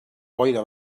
boira